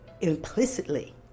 implicitly